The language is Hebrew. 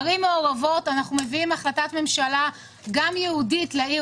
נושא הערים המעורבות: אנחנו מביאים החלטת ממשלה ייעודית לערים